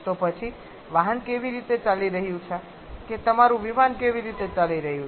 તો પછી વાહન કેવી રીતે ચાલી રહ્યું છે કે તમારું વિમાન કેવી રીતે ચાલી રહ્યું છે